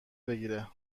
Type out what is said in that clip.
بگیره